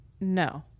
no